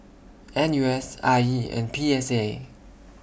N U S I E and P S A